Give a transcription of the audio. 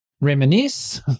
reminisce